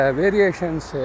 variations